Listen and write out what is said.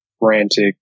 Frantic